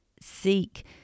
seek